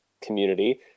community